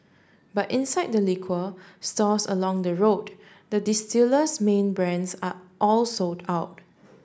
but inside the liquor stores along the road the distiller's main brands are all sold out